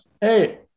Hey